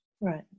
Right